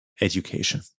education